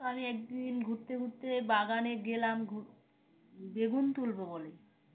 তো আমি একদিন ঘুরতে ঘুরতে বাগানে গেলাম বেগুন তুলবো বলে